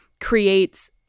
creates